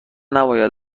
نباید